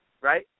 Right